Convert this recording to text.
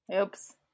Oops